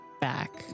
back